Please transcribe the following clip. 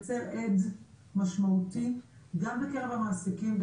על מנת ליצר הד משמעותי גם בקרב המעסיקים.